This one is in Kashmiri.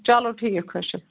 چلو ٹھیٖک حظ چھُ